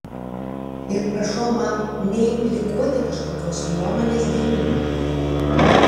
ir prašau man neimplikuoti kažkokios nuomonės gynimo